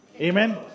amen